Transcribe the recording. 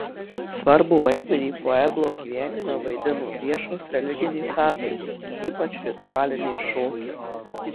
svarbų vaidmenį pueblo gyvenime vaidino viešos religinės apeigos ypač ritualiniai šokiai